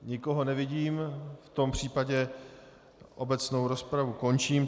Nikoho nevidím, v tom případě obecnou rozpravu končím.